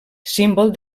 símbol